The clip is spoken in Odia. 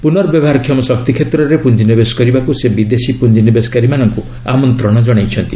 ପୁନର୍ବ୍ୟବହାରକ୍ଷମ ଶକ୍ତି କ୍ଷେତ୍ରରେ ପୁଞ୍ଜିନିବେଶ କରିବାକୁ ସେ ବିଦେଶୀ ପୁଞ୍ଜିନିବେଶକାରୀ ମାନଙ୍କୁ ଆମନ୍ତ୍ରଣ ଜଣାଇଛନ୍ତି